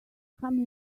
come